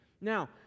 Now